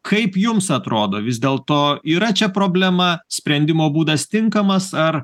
kaip jums atrodo vis dėl to yra čia problema sprendimo būdas tinkamas ar